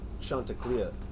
Chanticleer